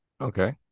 Okay